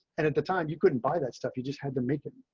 and at the time, you couldn't buy that stuff. you just had to make it